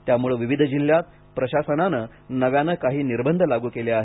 त्यामुळे विविध जिल्ह्यांत प्रशासनानं नव्याने काही निर्बंध लागू केले आहेत